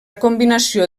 combinació